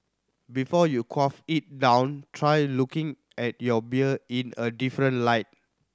before you quaff it down try looking at your beer in a different light